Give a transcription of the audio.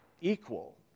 equal